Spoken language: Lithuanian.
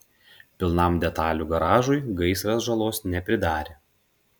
pilnam detalių garažui gaisras žalos nepridarė